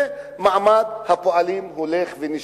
ומעמד הפועלים הולך ונשחק.